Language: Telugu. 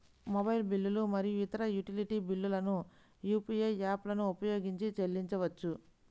మొబైల్ బిల్లులు మరియు ఇతర యుటిలిటీ బిల్లులను యూ.పీ.ఐ యాప్లను ఉపయోగించి చెల్లించవచ్చు